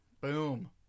boom